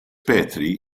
petrie